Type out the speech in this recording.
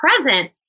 present